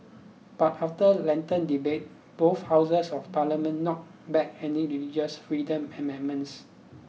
but after lengthy debate both houses of parliament knocked back any religious freedom amendments